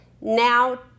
now